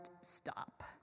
stop